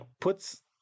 puts